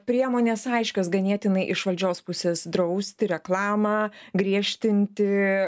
priemonės aiškios ganėtinai iš valdžios pusės drausti reklamą griežtinti